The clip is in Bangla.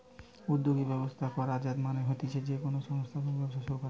উদ্যোগী ব্যবস্থা করা মানে হতিছে যে কোনো সংস্থা বা ব্যবসা শুরু করা